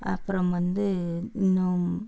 அப்புறம் வந்து இன்னும்